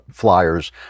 flyers